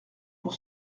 pour